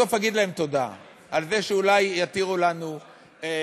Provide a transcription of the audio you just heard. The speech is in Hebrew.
בסוף אגיד להם תודה על זה שאולי יתירו לנו אחד.